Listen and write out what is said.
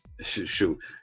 shoot